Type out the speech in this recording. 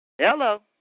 Hello